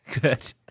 Good